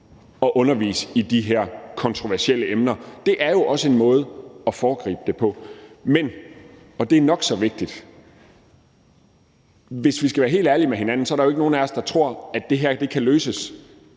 at undervise i de her kontroversielle emner? Det er jo også en måde at foregribe det på. Men – og det er nok så vigtigt – hvis vi skal være helt ærlige over for hinanden, er der jo ikke nogen af os, der tror, at det her kan løses